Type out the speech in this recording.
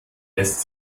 lässt